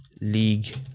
league